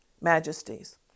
majesties